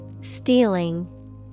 Stealing